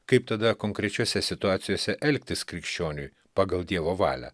kaip tada konkrečiose situacijose elgtis krikščioniui pagal dievo valią